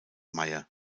mayr